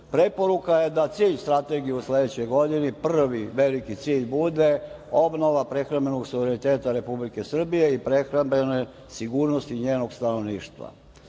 industriju, da cilj strategije u sledećoj godini, prvi veliki cilj bude obnova prehrambenog suvereniteta Republike Srbije i prehrambene sigurnosti njenog stanovništva.S